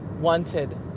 wanted